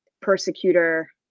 persecutor